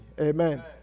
Amen